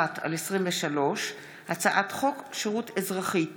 פ/721/23 וכלה בהצעת חוק פ/869/23: הצעת חוק שירות אזרחי (תיקון,